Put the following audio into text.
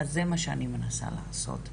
אז זה מה שאני מנסה לעשות.